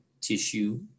tissue